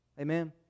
Amen